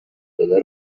داده